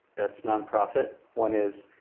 that's nonprofit. one is,